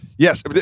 Yes